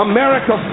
America